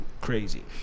Crazy